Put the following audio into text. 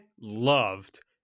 loved